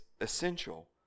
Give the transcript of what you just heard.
essential